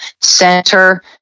center